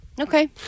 Okay